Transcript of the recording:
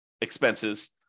expenses